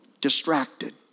distracted